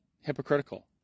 hypocritical